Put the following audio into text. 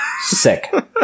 Sick